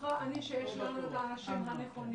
בטוחה אני שיש לנו את האנשים הנכונים,